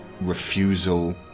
refusal